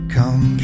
Come